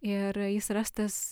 ir jis rastas